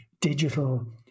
digital